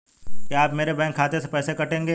क्या आप मेरे बैंक खाते से पैसे काटेंगे?